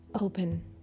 open